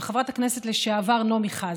עם חברת הכנסת לשעבר נעמי חזן.